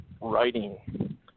writing